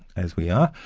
as we are,